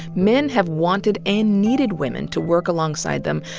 men have wanted and needed women to work alongside them,